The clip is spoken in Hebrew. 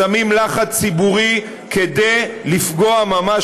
מפעילים לחץ ציבורי כדי לפגוע ממש,